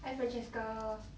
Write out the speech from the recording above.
hi francesca